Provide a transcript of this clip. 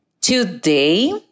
Today